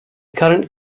current